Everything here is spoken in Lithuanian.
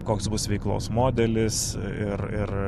koks bus veiklos modelis ir ir